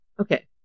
Okay